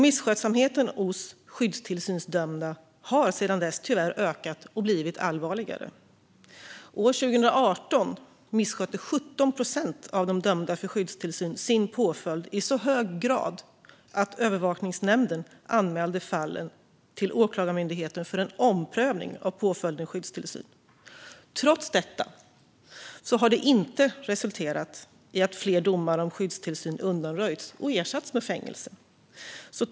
Misskötsamheten hos skyddstillsynsdömda har sedan dess tyvärr ökat och blivit allvarligare. År 2018 misskötte 17 procent av dem som dömts till skyddstillsyn sin påföljd i så hög grad att övervakningsnämnden anmälde fallen till Åklagarmyndigheten för en omprövning av påföljden skyddstillsyn. Trots detta har resultatet inte blivit att fler skyddstillsynsdomar undanröjts och ersatts med fängelse.